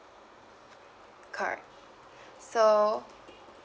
correct so